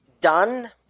Done